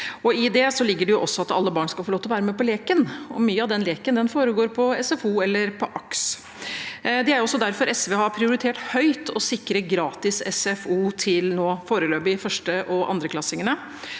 I det ligger det også at alle barn skal få lov til å være med på leken, og mye av den leken foregår på SFO eller AKS. Det er også derfor SV har prioritert høyt å sikre gratis SFO, nå foreløpig til første- og andreklassingene.